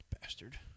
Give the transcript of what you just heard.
Bastard